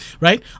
Right